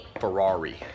Ferrari